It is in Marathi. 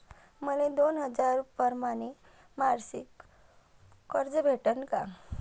मले दोन हजार परमाने मासिक कर्ज कस भेटन?